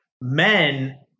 men